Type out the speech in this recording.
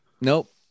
Nope